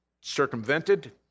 circumvented